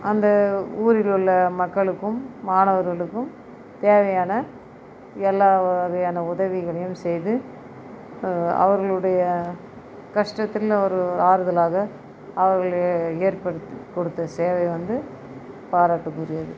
அந்த ஊரில் உள்ள மக்களுக்கும் மாணவர்களுக்கும் தேவையான எல்லா வகையான உதவிகளையும் செய்து அவர்களுடைய கஷ்டத்திலும் ஒரு ஆறுதலாக அவர்களை ஏற்படுத்தி கொடுத்த சேவை வந்து பாராட்டுக்குரியது